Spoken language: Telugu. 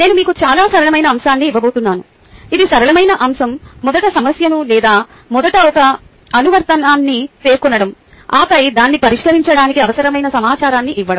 నేను మీకు చాలా సరళమైన అంశాన్ని ఇవ్వబోతున్నాను ఇది సరళమైన అంశం మొదట సమస్యను లేదా మొదట ఒక అనువర్తనాన్ని పేర్కొనడం ఆపై దాన్ని పరిష్కరించడానికి అవసరమైన సమాచారాన్ని ఇవ్వడం